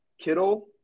Kittle